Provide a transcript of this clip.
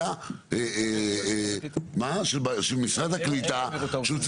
היה לי כבר ציוץ בראש: איתמר בן גביר, לטיפולך.